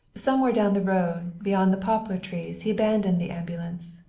somewhere down the road beyond the poplar trees he abandoned the ambulance.